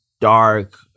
dark